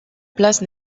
place